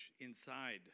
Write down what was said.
inside